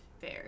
fair